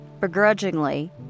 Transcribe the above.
Begrudgingly